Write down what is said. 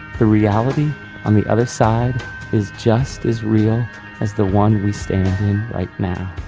the reality on the other side is just as real as the one we stand in right now.